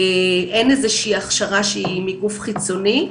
אין איזושהי הכשרה שהיא מגוף חיצוני.